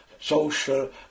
social